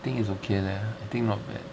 I think it's okay leh I think not bad